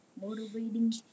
motivating